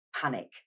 panic